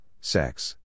sex